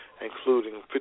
including